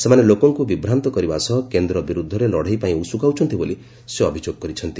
ସେମାନେ ଲୋକଙ୍କୁ ବିଭ୍ରାନ୍ତ କରିବା ସହ କେନ୍ଦ୍ର ବିରୁଦ୍ଧରେ ଲଢ଼େଇ ପାଇଁ ଉସୁକାଉଛନ୍ତି ବୋଲି ସେ ଅଭିଯୋଗ କରିଛନ୍ତି